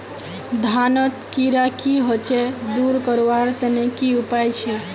धानोत कीड़ा की होचे दूर करवार तने की उपाय छे?